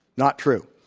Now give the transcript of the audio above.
not true.